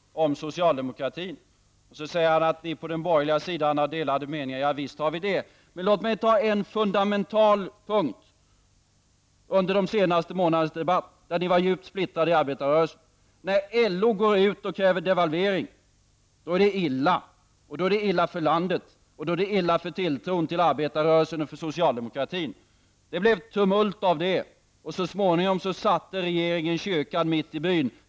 Han tillade att också ni på den borgerliga sidan har delade meningar. Ja visst har vi det. Men låt mig peka på en central fråga i de senaste månadernas debatt, där ni i arbetarrörelsen var djupt splittrade. När LO går ut och kräver devalvering är det illa för landet och för tilltron för arbetarrörelsen och för socialdemokratin. Det blev ett tumult när så skedde, och så småningom satte regeringen kyrkan mitt i byn.